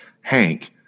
Hank